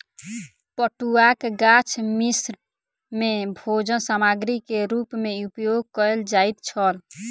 पटुआक गाछ मिस्र में भोजन सामग्री के रूप में उपयोग कयल जाइत छल